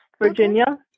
Virginia